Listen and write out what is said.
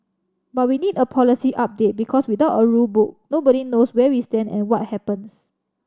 but we need a policy update because without a rule book nobody knows where we stand and what happens